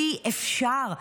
אי-אפשר,